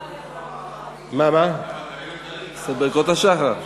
עכשיו על-פי ההלכה עלות השחר, לעשות ברכות השחר.